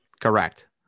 Correct